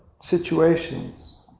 situations